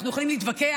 אנחנו יכולים להתווכח.